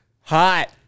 Hot